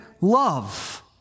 love